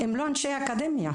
הם לא אנשי אקדמיה.